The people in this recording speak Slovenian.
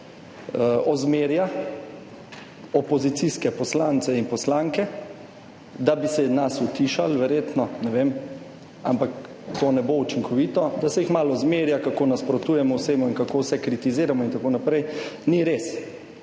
ozmerja opozicijske poslance in poslanke, da bi se nas utišalo, verjetno, ne vem, ampak to ne bo učinkovito, da se jih malo zmerja, kako nasprotujemo vsemu in kako vse kritiziramo in tako naprej. Ni res.